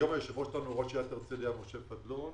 היום היושב-ראש שלנו הוא יו"ר עיריית הרצליה משה פדלון.